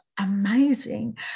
amazing